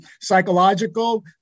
psychological